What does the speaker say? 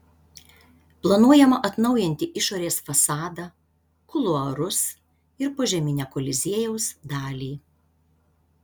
planuojama atnaujinti išorės fasadą kuluarus ir požeminę koliziejaus dalį